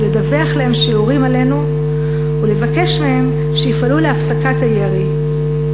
לדווח להם שיורים עלינו ולבקש מהם שיפעלו להפסקת הירי.